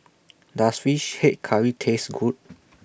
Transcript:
Does Fish Head Curry Taste Good